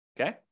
Okay